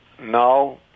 No